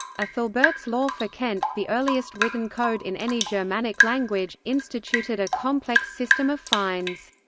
aethelberht's law for kent, the earliest written code in any germanic language, instituted a complex system of fines.